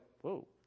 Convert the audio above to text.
whoa